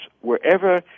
wherever